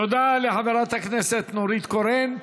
תודה לחברת הכנסת נורית קורן.